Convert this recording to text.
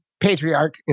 Patriarch